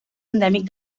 endèmic